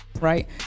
right